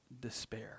despair